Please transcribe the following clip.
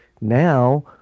now